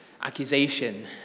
accusation